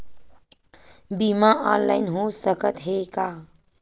बीमा ऑनलाइन हो सकत हे का?